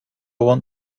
want